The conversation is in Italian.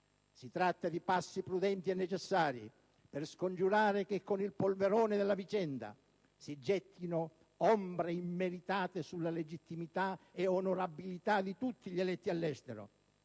Si tratta di passi prudenti e necessari per scongiurare che con il polverone della vicenda si gettino ombre immeritate sulla legittimità e onorabilità di tutti gli eletti all'estero: